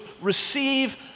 receive